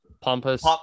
pompous